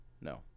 no